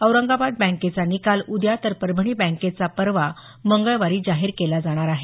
औरंगाबाद बँकेचा निकाल उद्या तर परभणी बँकेचा परवा मंगळवारी जाहीर केला जाणार आहे